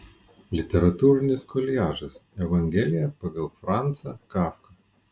literatūrinis koliažas evangelija pagal francą kafką